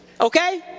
Okay